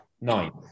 ninth